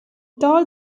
told